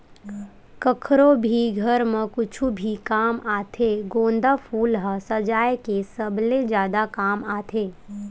कखरो भी घर म कुछु भी काम आथे गोंदा फूल ह सजाय के सबले जादा काम आथे